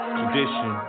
tradition